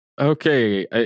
okay